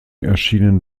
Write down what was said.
erschienen